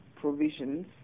provisions